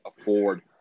afford